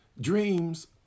Dreams